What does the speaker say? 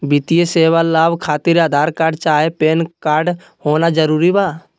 वित्तीय सेवाएं का लाभ खातिर आधार कार्ड चाहे पैन कार्ड होना जरूरी बा?